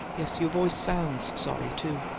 yes, your voice sounds sorry, too.